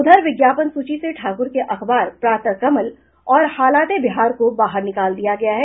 उधर विज्ञापन सूची से ठाकुर के अखबार प्रातः कमल और हलाते बिहार को बाहर निकाल दिया गया है